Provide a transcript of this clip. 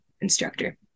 instructor